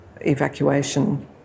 evacuation